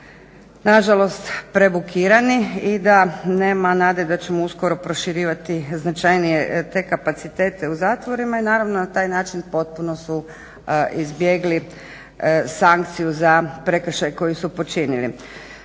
na žalost prebukirani i da nema nade da ćemo uskoro proširivati značajnije te kapacitete u zatvorima. I naravno na taj način potpuno su izbjegli sankciju za prekršaj koji su počinili.